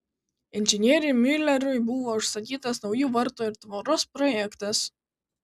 inžinieriui miuleriui buvo užsakytas naujų vartų ir tvoros projektas